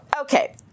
Okay